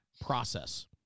process